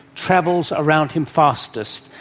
travels around him fastest.